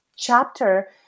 chapter